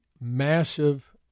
massive